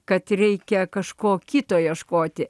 kad reikia kažko kito ieškoti